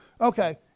Okay